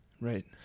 Right